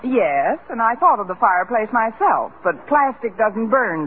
yes and i thought of the fireplace myself but plastic doesn't burn